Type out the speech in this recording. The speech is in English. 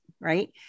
Right